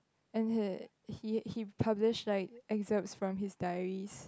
and uh he he published like excerpts from his diaries